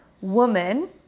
Woman